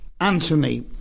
Anthony